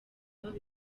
baba